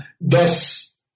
Thus